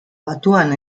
batuan